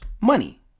money